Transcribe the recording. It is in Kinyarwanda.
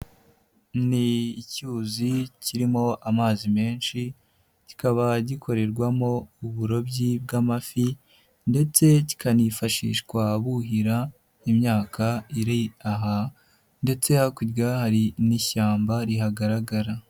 Ni icyuzi kirimo amazi menshi, kikaba gikorerwamo uburobyi bw'amafi ndetse kikanifashishwa buhira imyaka iri aha ndetse hakurya hari n'ishyamba rihagaragara.